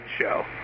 show